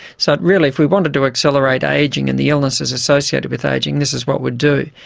so really if we wanted to accelerate ageing and the illnesses associated with ageing, this is what we'd do.